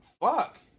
fuck